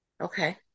Okay